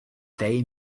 they